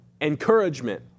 encouragement